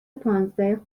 پانزده